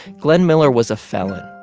glenn miller was a felon.